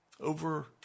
over